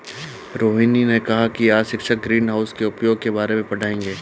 रोहिनी ने कहा कि आज शिक्षक ग्रीनहाउस के उपयोग के बारे में पढ़ाएंगे